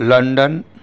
London